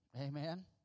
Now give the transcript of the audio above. Amen